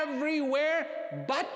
everywhere but